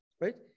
right